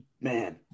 Man